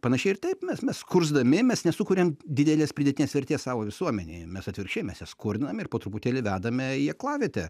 panašiai ir taip mes mes skursdami mes nesukuriam didelės pridėtinės vertės savo visuomenėje mes atvirkščiai mes ją skurdinam ir po truputėlį vedame į aklavietę